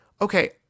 okay